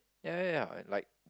ya ya ya I like